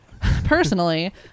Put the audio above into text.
Personally